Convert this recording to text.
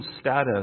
status